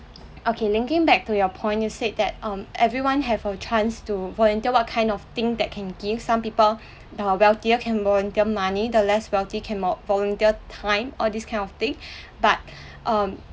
okay linking back to your point you said that um everyone have a chance to volunteer what kind of thing that can give some people the wealthier can volunteer money the less wealthy can volunteer time all this kind of thing but um